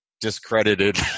discredited